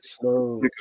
slow